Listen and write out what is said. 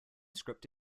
script